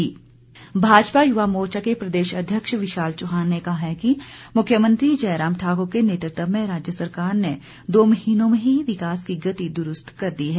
भाजयुमो भाजपा युवा मोर्चा के प्रदेश अध्यक्ष विशाल चौहान ने कहा है कि मुख्यमंत्री जयराम ठाक्र के नेतृत्व में राज्य सरकार ने दो महीनों में ही विकास की गति दुरूस्त कर दी है